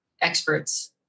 experts